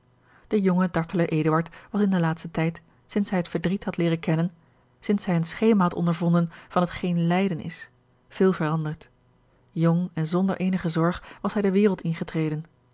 de jonge dartele eduard was in den laatsten tijd sinds hij het verdriet had leeren kennen sinds hij een schema had ondervonden van hetgeen lijden is veel veranderd jong en zonder eenige zorg was hij de wereld ingetreden